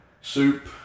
soup